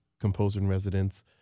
composer-in-residence